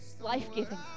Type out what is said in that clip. life-giving